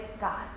God